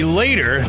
later